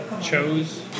chose